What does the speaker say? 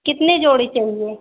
कितने जोड़ी चाहिए